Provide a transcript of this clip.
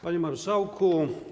Panie Marszałku!